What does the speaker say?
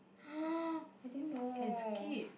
I didn't know